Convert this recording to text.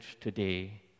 today